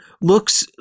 looks